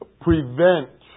prevent